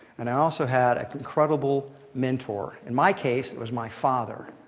and i also had an incredible mentor. in my case, it was my father.